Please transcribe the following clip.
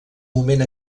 moment